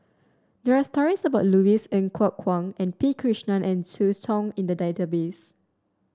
there are stories about Louis Ng Kok Kwang and P Krishnan and Zhu Hong in the database